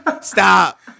stop